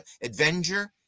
Adventure